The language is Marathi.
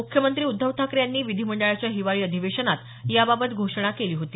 मुख्यमंत्री उद्धव ठाकरे यांनी विधीमंडळाच्या हिवाळी अधिवेशनात याबाबत घोषणा केली होती